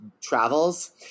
travels